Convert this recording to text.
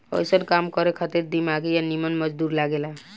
अइसन काम करे खातिर दिमागी आ निमन मजदूर लागे ला